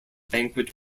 banquet